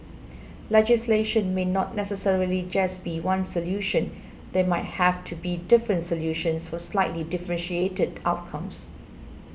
legislation may not necessarily just be one solution there might have to be different solutions for slightly differentiated outcomes